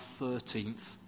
13th